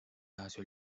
大学